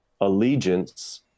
allegiance